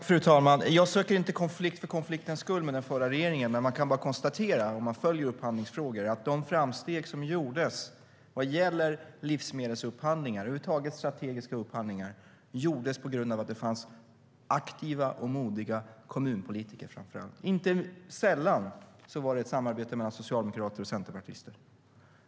Fru talman! Jag söker inte konflikt för konfliktens skull med den förra regeringen. Men om man följer upphandlingsfrågor kan man bara konstatera att de framsteg som gjordes vad gäller livsmedelsupphandlingar och över huvud taget strategiska upphandlingar gjordes på grund av att det framför allt fanns aktiva och modiga kommunpolitiker. Det var inte sällan ett samarbete mellan socialdemokrater centerpartister.